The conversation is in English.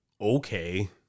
Okay